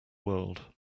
world